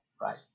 Right